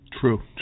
True